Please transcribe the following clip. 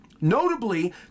Notably